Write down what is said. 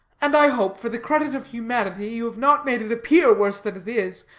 and i hope, for the credit of humanity, you have not made it appear worse than it is,